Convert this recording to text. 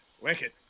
Wicked